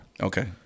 Okay